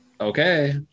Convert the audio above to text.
Okay